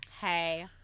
Hey